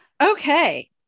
Okay